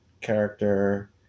character